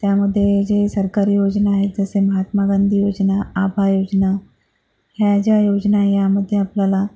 त्यामध्ये जे सरकारी योजना आहेत जसे महात्मा गांधी योजना आभा योजना ह्या ज्या योजना आहे ह्यामध्ये आपल्याला